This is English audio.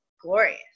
glorious